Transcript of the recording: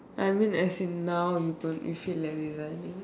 I mean as in now you going you feel like resigning